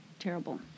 terrible